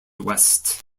west